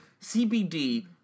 CBD